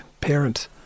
parent